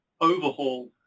overhaul